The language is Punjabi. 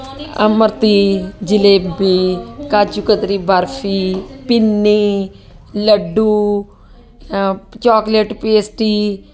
imarti jalebi kaju katli barfi pinni laddoo chocolate pastry